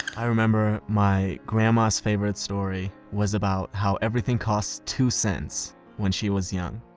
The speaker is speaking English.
i remember my grandma's favorite story was about how everything cost two cents when she was young.